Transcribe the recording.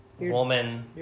Woman